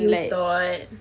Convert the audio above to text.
you thought